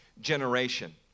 generation